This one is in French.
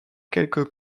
quelques